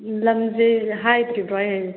ꯂꯝꯁꯤ ꯍꯥꯏꯗ꯭ꯔꯤꯕꯣ ꯑꯩ